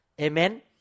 Amen